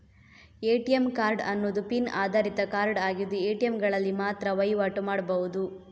ATM card ಅನ್ನುದು PIN ಆಧಾರಿತ card ಆಗಿದ್ದು ಎ.ಟಿ.ಎಂಗಳಲ್ಲಿ ಮಾತ್ರ ವೈವಾಟು ಮಾಡ್ಬಹುದು